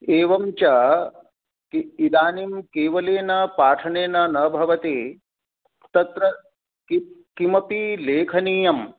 एवञ्च इदानीं केवलं पाठनेन न भवति तत्र किम् किमपि लेखनीयम्